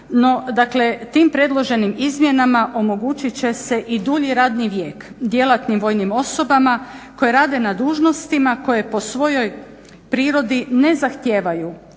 kuna, no tim predloženim izmjenama omogućit će se i dulji radni vijek djelatnim vojnim osobama koje rade na dužnostima koje po svojoj prirodi ne zahtijevaju